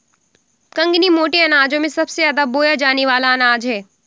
कंगनी मोटे अनाजों में सबसे ज्यादा बोया जाने वाला अनाज है